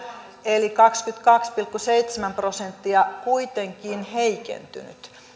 eli kaksikymmentäkaksi pilkku seitsemän prosenttia kuitenkin heikentynyt